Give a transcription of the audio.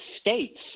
states